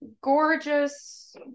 gorgeous